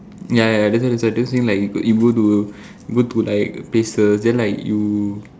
ya ya that's why I suggesting like you could you go to go to like places then like you